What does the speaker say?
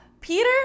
Peter